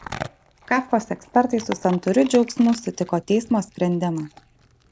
kafkos ekspertai su santūriu džiaugsmu sutiko teismo sprendimą